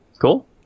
Cool